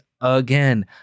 again